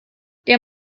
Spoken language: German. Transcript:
der